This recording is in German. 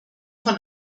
von